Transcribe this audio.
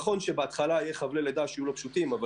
נכון שבהתחלה יהיו חבלי לידה לא פשוטים אבל